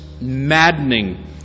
maddening